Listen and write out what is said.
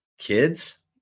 kids